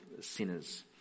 sinners